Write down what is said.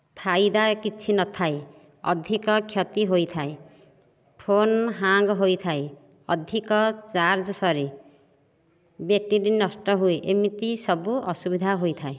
ଫାଇଦା କିଛି ନଥାଏ ଅଧିକ କ୍ଷତି ହୋଇଥାଏ ଫୋନ୍ ହ୍ୟାଙ୍ଗ୍ ହୋଇଥାଏ ଅଧିକ ଚାର୍ଜ ସରେ ବ୍ୟାଟେରୀ ନଷ୍ଟ ହୁଏ ଏମିତି ସବୁ ଅସୁବିଧା ହୋଇଥାଏ